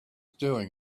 doing